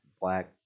black